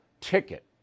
ticket